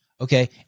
Okay